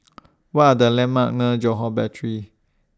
What Are The landmarks Johore Battery